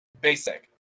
basic